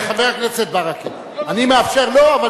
חבר הכנסת ברכה, אני מאפשר, לא, לא.